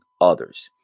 others